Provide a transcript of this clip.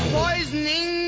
poisoning